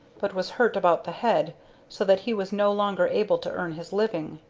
but was hurt about the head so that he was no longer able to earn his living.